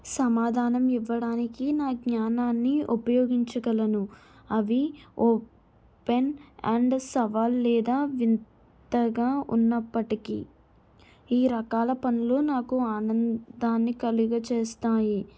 సమాధానం ఇవ్వడానికి నా జ్ఞానాన్ని ఉపయోగించగలను అవి ఓపెన్ అండ్ సవాలు లేదా వింతగా ఉన్నప్పటికీ ఈ రకాల పనులు నాకు ఆనందాన్ని కలుగచేస్తాయి